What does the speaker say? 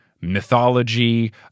mythology